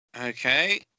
okay